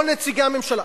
כל נציגי הממשלה.